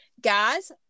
guys